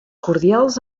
cordials